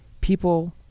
people